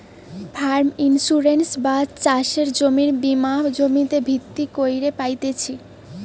farm insurance বা চাষের জমির বীমা জমিতে ভিত্তি কইরে পাইতেছি